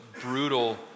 brutal